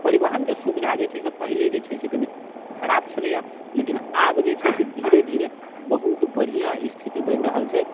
परिवहनके सुविधा जे छै से पहिले जे छै से कनि खराब छलैए लेकिन आब जे छै से धीरे धीरे बहुत बढ़िआँ स्थिति बनि रहल छै